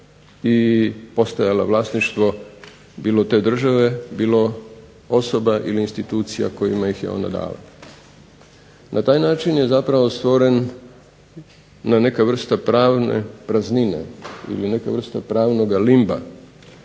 i postajala vlasništvo bilo te države, bilo osoba ili institucija kojima ih je ona dala. Na taj način je zapravo stvorena neka vrsta pravne praznine, ili neka vrsta pravnoga limba